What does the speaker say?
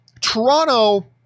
Toronto